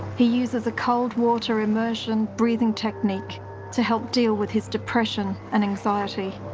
he uses a cold water immersion breathing technique to help deal with his depression and anxiety.